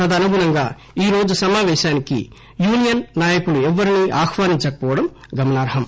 తదనుగుణంగా ఈరోజు సమాపేశానికి యూనియస్ నాయకులెవరినీ ఆహ్వానించకవోవడం గమనార్ఖం